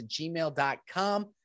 gmail.com